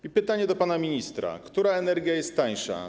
I pytanie do pana ministra: Która energia jest tańsza?